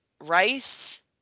rice